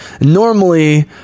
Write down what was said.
normally